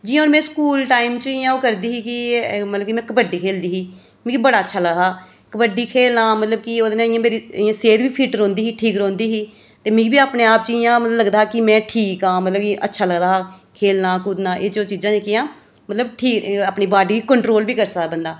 जियां हून में स्कूल टाइम में ओह् करदी ही कि मतलब कि में कबड्डी खेढदी ही मिगी बड़ा अच्छा लगदा हा कबड्डी खेढना मतलब कि ओह्दे नै इ'यां मेरी इ'य़ां सेह्त बी फिट रौंह्दी ही ठीक रौंह्दी ही ते मिगी बी अपने आप च मतलब कि ओह् लगदा हा कि में ठीक आं मतलब कि अच्छा लगदा हा खेढना कूदना एह् चीजां जेह्कियां मतलब ठीक अपनी बाड्डी ई कंट्रोल बी करी सकदा बंदा